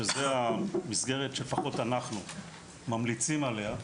שזה המסגרת שלפחות אנחנו ממליצים עליה,